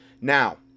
now